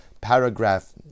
Paragraph